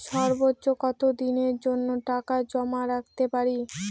সর্বোচ্চ কত দিনের জন্য টাকা জমা রাখতে পারি?